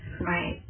Right